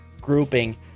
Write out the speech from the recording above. grouping